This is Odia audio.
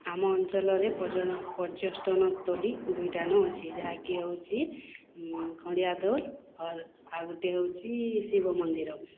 ଆମ ଅଞ୍ଚଳରେ ପର୍ଯ୍ୟଟନ ସ୍ଥଳୀ ଦୁଇଟା ନ ଅଛେ ଯାହାକି ହେଉଚି ଖଣ୍ଡିଆଦୋଲ୍ ଆଉ ଗୋଟିଏ ହଉଚି ଶିବ ମନ୍ଦିର